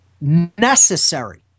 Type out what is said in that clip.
necessary